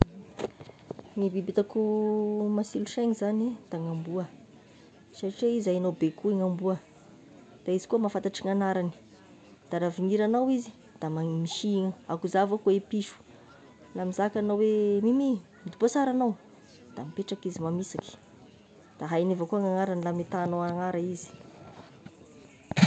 Ny biby itako masilo sainy zany da ny amboa, satria aignao baikona amboa, de izy koa mahafantatry gn'agnaragny, da ra vigniragnao izy da magn- da misihy, ako za avakoa i piso la mizaka agnao hoe mimi miboa sara anao da mipetraky izy mamisaky, da haigny avy koa gn'agnarany la ametahagnao agnara izy.